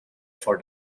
for